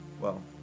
Well